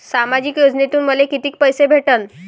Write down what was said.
सामाजिक योजनेतून मले कितीक पैसे भेटन?